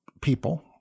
people